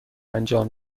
انجام